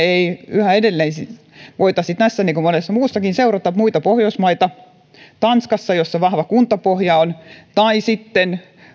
yhä edelleen voisi tässä niin kuin monessa muussakin seurata muita pohjoismaita tanskaa jossa on vahva kuntapohja tai sitten